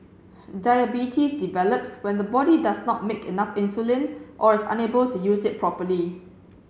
diabetes develops when the body does not make enough insulin or is unable to use it properly